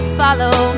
follow